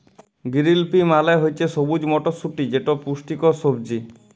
গিরিল পি মালে হছে সবুজ মটরশুঁটি যেট পুষ্টিকর সবজি